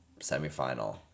semifinal